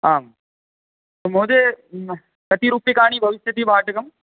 आम् महोदय कति रूप्यकाणि भविस्यति भाटकम्